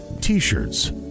T-shirts